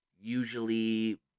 Usually